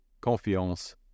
confiance